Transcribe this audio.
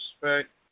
respect